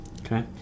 Okay